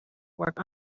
work